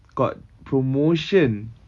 got promotion